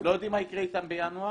הם לא יודעים מה יקרה איתם בינואר,